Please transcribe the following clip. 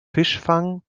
fischfang